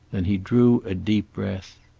then he drew a deep breath.